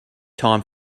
time